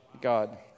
God